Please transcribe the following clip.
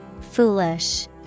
Foolish